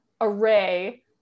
array